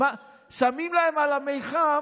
שמים להם על המיחם